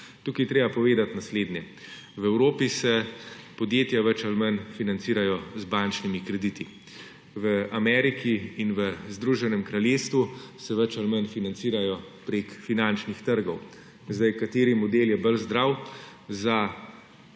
Tu je treba povedati naslednje. V Evropi se podjetja več ali manj financirajo z bančnimi krediti, v Ameriki in Združenem kraljestvu se več ali manj financirajo preko finančnih trgov. Zdaj, kateri model je bolj zdrav za